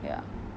ya